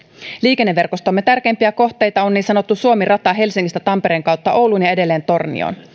liikenneverkostomme tärkeimpiä kohteita on niin sanottu suomi rata helsingistä tampereen kautta ouluun ja edelleen tornioon